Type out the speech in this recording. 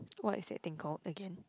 what is that thing called again